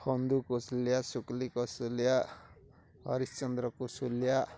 Hindu Kushulia Shukli Kushulia Harish Chandra Kushulia